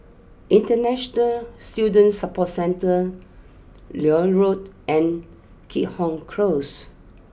International Student Support Centre Lloyd Road and Keat Hong close